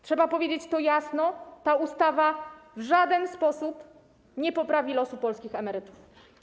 Trzeba powiedzieć to jasno - ta ustawa w żaden sposób nie poprawi losu polskich emerytów.